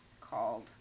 Called